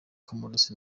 comores